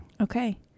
Okay